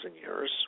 years